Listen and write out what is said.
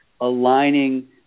aligning